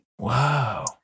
Wow